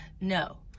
No